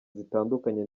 zitandukanye